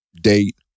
date